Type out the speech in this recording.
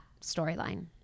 storyline